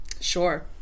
Sure